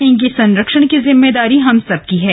इनके संरक्षण की जिम्मेदारी हम सब की है